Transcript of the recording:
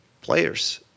players